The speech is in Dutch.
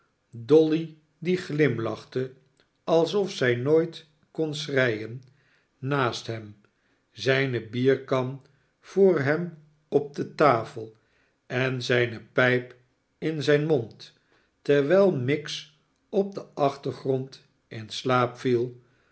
dolly die glimlachte alsof zij nooit kon schreien naast hem zijne bierkan voor hem op de tafel en zijne pijp in zijn mond terwijl miggs op den achtergrond in slaap viel